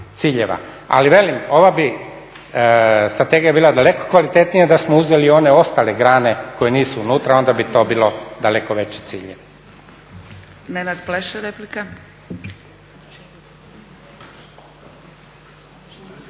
Ali velim, ova bi strategija bila daleko kvalitetnija da smo uzeli one ostale grane koje nisu unutra, onda bi to bili daleko veći ciljevi.